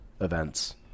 events